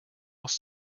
muss